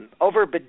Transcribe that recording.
over